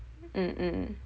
mm mm